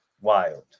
wild